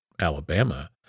Alabama